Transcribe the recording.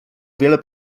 wiele